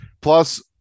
plus